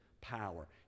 power